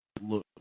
look